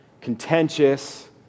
contentious